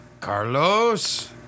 Carlos